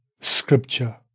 Scripture